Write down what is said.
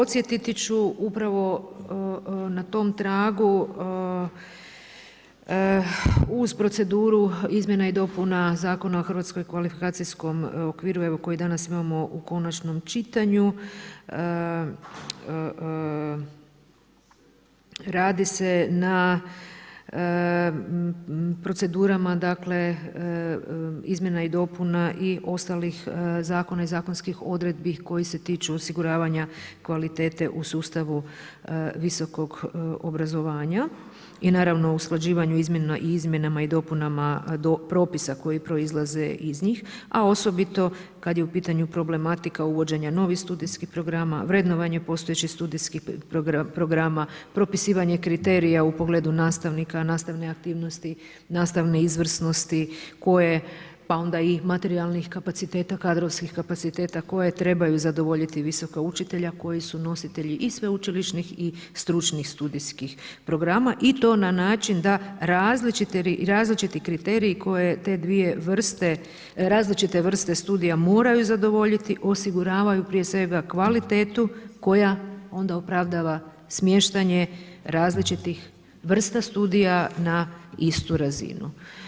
I podsjetiti ću upravo na tom tragu uz proceduru izmjena i dopuna Zakona o hrvatskom kvalifikacijskom okviru koji danas imamo u konačnom čitanju radi se na procedurama dakle izmjena i dopuna i ostalih zakona i zakonskih odredbi koji se tiču osiguravanja kvalitete u sustavu visokog obrazovanja i naravno usklađivanju izmjenama i dopunama propisa koji proizlaze iz njih, a osobito kada je u pitanju problematika uvođenja novih studijskih programa, vrednovanje postojećih studijskih programa, propisivanje kriterija u pogledu nastavnika, nastavne aktivnosti, nastavne izvrsnosti koje pa onda i materijalnih kapaciteta, kadrovskih kapaciteta koje trebaju zadovoljiti visoka … koji su nositelji i sveučilišnih i stručnih studijskih programa i to na način da različiti kriteriji koje te dvije vrste različite vrste studija moraju zadovoljiti osiguravaju prije svega kvalitetu koja onda opravdava smještanje različitih vrsta studija na istu razinu.